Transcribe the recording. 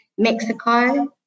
Mexico